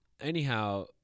Anyhow